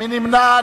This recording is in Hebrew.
מי נמנע?